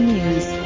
News